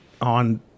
on